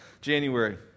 January